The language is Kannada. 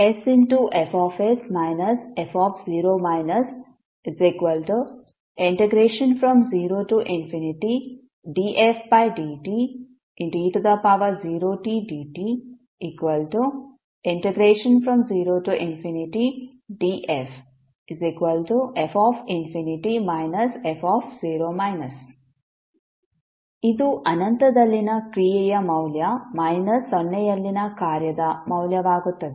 sFs f0dfdte0tdt0dff f ಇದು ಅನಂತದಲ್ಲಿನ ಕ್ರಿಯೆಯ ಮೌಲ್ಯ ಮೈನಸ್ ಸೊನ್ನೆಯಲ್ಲಿನ ಕಾರ್ಯದ ಮೌಲ್ಯವಾಗುತ್ತದೆ